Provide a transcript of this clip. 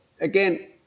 again